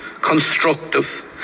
constructive